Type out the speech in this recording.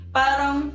parang